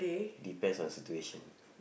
depends on situation